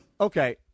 Okay